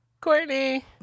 Courtney